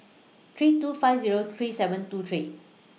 three two five Zero three seven two three